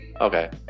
okay